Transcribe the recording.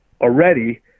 already